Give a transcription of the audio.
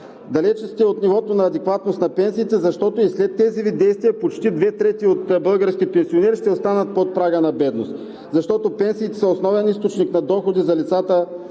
Далече сте от нивото на адекватност на пенсиите, защото и след тези Ви действия почти две трети от българските пенсионери ще останат под прага на бедност. Защото пенсиите са основен източник на доходи за лицата